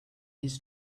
his